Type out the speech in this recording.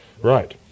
Right